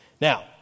Now